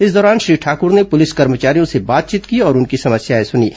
इस दौरान श्री ठाकर ने पुलिस कर्मचारियों से बातचीत की और उनकी समस्याए सुनीं